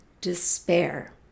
despair